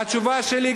והתשובה שלי,